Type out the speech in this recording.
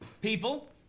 people